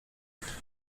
nich